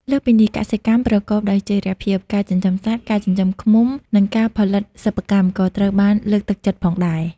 លើសពីនេះ កសិកម្មប្រកបដោយចីរភាព ការចិញ្ចឹមសត្វ ការចិញ្ចឹមឃ្មុំ និងការផលិតសិប្បកម្ម ក៏ត្រូវបានលើកទឹកចិត្តផងដែរ។